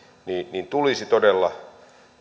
tulisi todella